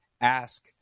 ask